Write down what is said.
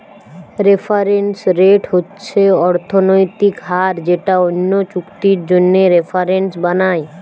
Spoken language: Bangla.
রেফারেন্স রেট হচ্ছে অর্থনৈতিক হার যেটা অন্য চুক্তির জন্যে রেফারেন্স বানায়